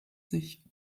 sich